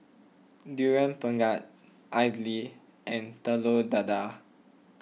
Durian Pengat Idly and Telur Dadah